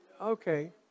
okay